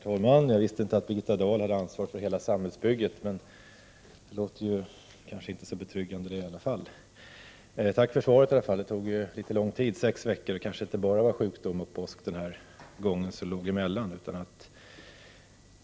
Herr talman! Jag visste inte att Birgitta Dahl har ansvaret för hela samhällsbygget, men det låter inte särskilt betryggande i alla fall. Tack för svaret. Det tog litet lång tid, sex veckor. Det kanske inte bara var sjukdom och påsk som låg emellan den här gången.